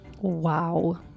Wow